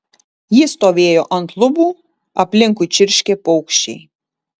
ji stovėjo ant lubų aplinkui čirškė paukščiai